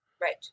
Right